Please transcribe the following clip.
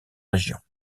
régions